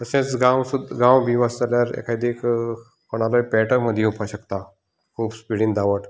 तशेंच गांव बी आसा जाल्यार एकाद्या एक कोणालोय पेटो एक मदीं येवंक शकता खूब स्पीडीन धांवत